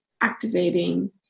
activating